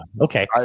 Okay